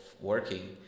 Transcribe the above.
working